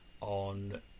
on